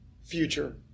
future